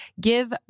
give